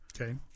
Okay